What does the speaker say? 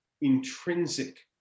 intrinsic